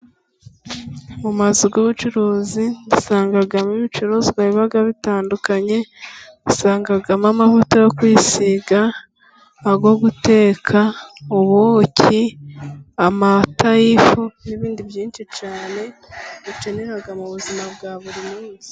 Mu mazu y'ubucuruzi dusangamo ibicuruzwa biba bitandukanye, dusangamo amavuta yo kwisiga, ayo guteka, ubuki, amata y'ifu, n'ibindi byinshi cyane dukenera mu buzima bwa buri munsi.